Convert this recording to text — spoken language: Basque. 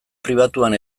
pribatuan